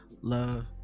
Love